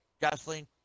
gasoline